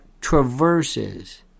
traverses